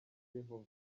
yehova